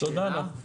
תודה לך.